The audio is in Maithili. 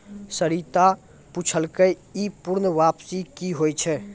सरिता पुछलकै ई पूर्ण वापसी कि होय छै?